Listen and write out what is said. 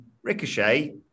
Ricochet